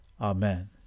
Amen